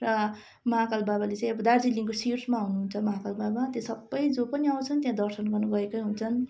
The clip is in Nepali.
र महाकाल बाबाले चाहिँ अब दार्जिलिङको शीर्षमा हुनुहुन्छ महाकाल बाबा त्यो सबै जो पनि आउँछन् त्यहाँ दर्शन गर्न गएकै हुन्छन्